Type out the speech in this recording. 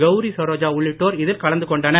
கௌரி சரோஜா உள்ளிட்டோர் இதில் கலந்துகொண்டனர்